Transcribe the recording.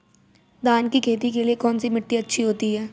धान की खेती के लिए कौनसी मिट्टी अच्छी होती है?